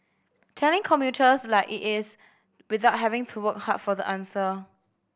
telling commuters like it is without having to work hard for the answer